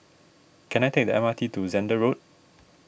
can I take the M R T to Zehnder Road